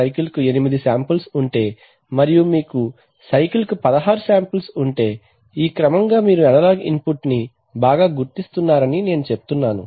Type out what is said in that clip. cycle కు ఎనిమిది samples ఉంటే మరియు మీకు సైకిల్ కు పదహారు శాంపిల్స్ ఉంటే క్రమంగా మీరు అనలాగ్ ఇన్పుట్ ని బాగా గుర్తిస్తున్నారని నేను చెప్తున్నాను